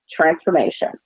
Transformation